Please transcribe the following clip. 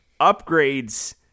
upgrades